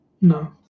No